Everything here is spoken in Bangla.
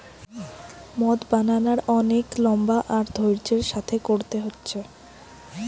মদ বানানার অনেক লম্বা আর ধৈর্য্যের সাথে কোরতে হচ্ছে